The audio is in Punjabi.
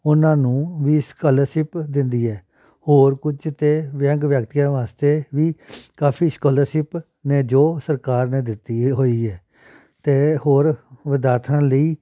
ਉਹਨਾਂ ਨੂੰ ਵੀ ਸਕਾਲਰਸ਼ਿਪ ਦਿੰਦੀ ਹੈ ਹੋਰ ਕੁਝ ਅਤੇ ਵਿਅੰਗ ਵਿਅਕਤੀਆਂ ਵਾਸਤੇ ਵੀ ਕਾਫ਼ੀ ਸਕਾਲਰਸ਼ਿਪ ਨੇ ਜੋ ਸਰਕਾਰ ਨੇ ਦਿੱਤੀ ਏ ਹੋਈ ਹੈ ਅਤੇ ਹੋਰ ਵਿਦਿਆਰਥਣਾਂ ਲਈ